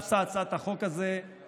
מושא הצעת החוק הזו,